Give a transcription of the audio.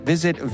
Visit